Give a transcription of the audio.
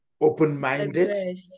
open-minded